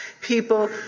people